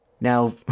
Now